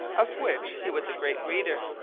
of which he was a great reader,